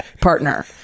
partner